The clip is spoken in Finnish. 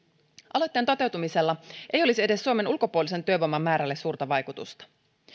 aloitteen toteutumisella ei olisi edes suomen ulkopuolisen työvoiman määrälle suurta vaikutusta